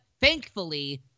thankfully